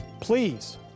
Please